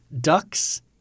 ducks